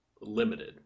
limited